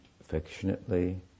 affectionately